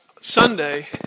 Sunday